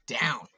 down